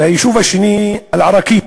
והיישוב השני, אל-עראקיב,